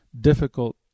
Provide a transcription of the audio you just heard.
difficult